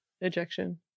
ejection